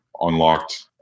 unlocked